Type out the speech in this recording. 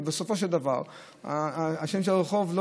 בסופו של דבר זה השם של הרחוב.